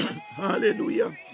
Hallelujah